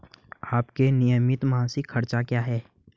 आपके नियमित मासिक खर्च क्या हैं?